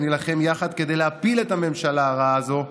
ונילחם יחד כדי להפיל את הממשלה הרעה הזאת,